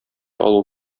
алу